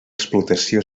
explotació